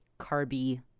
carby